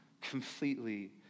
completely